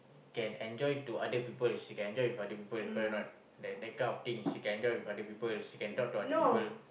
can enjoy to other people she can enjoy with other people correct or not that that kind of thing she can enjoy with other people she can talk to other people